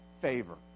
favor